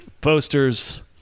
posters